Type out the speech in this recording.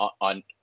on